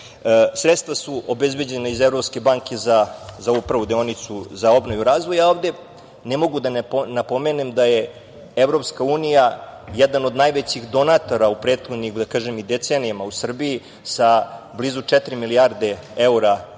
Sredstva su obezbeđena iz Evropske banke za ovu prvu deonicu za obnovu i razvoj. Ovde ne mogu da ne napomenem da je EU jedan od najvećih donatora u prethodnim decenijama u Srbiju, sa blizu četiri milijarde evra